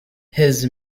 his